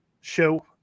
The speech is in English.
show